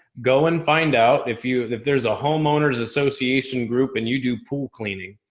go and find out if you, if there's a homeowners association group and you do pool cleaning,